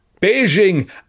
Beijing